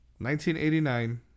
1989